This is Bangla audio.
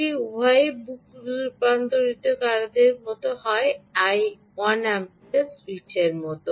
এটি উভয়ই বুক বুস্ট রূপান্তরকারী করতে পারে 1 এম্পস সুইচ হয়